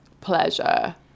pleasure